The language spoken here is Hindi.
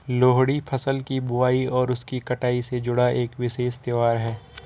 लोहड़ी फसल की बुआई और उसकी कटाई से जुड़ा एक विशेष त्यौहार है